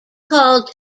called